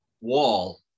wall